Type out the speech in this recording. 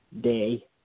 day